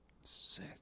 Sick